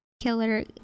killer